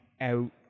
out